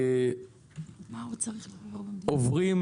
עוברות